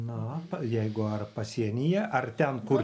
na jeigu ar pasienyje ar ten kur